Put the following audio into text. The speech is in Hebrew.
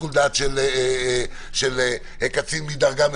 שיקול דעת של קצין מדרגה מסוימת.